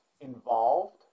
involved